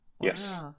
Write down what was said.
Yes